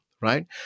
right